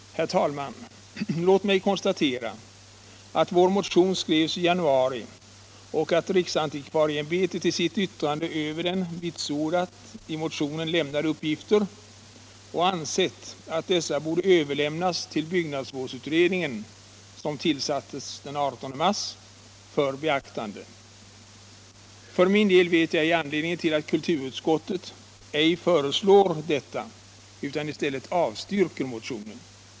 Herr talman! Låt mig konstatera att vår motion skrevs i januari och att riksantikvarieämbetet i sitt yttrande över den vitsordat i motionen lämnade uppgifter och ansett att dessa borde överlämnas till byggnadsvårdsutredningen, som tillsattes den 18 mars, för beaktande. För min del vet jag ej anledningen till att kulturutskottet ej föreslår detta utan i stället avstyrker motionen.